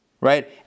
right